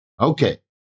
Okay